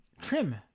trim